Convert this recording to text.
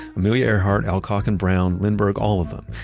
amelia earhart, alcock and brown, lindbergh, all of them.